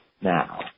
now